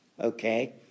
Okay